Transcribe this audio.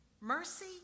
Mercy